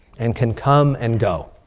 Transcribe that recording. and can come and go.